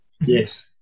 Yes